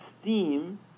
steam